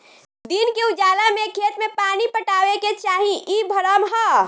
दिन के उजाला में खेत में पानी पटावे के चाही इ भ्रम ह